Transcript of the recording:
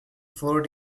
four